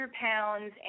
pounds